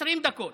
20 דקות.